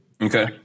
okay